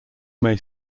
may